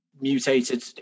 mutated